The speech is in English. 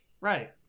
Right